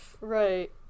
Right